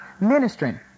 ministering